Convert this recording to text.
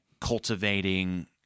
cultivating